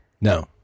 No